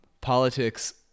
politics